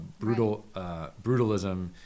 brutalism